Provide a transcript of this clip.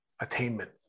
attainment